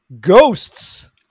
ghosts